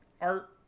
Art